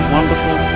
wonderful